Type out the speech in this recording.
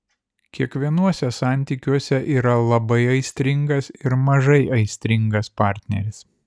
kiekvienuose santykiuose yra labai aistringas ir mažai aistringas partneris